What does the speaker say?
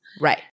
Right